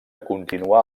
continuà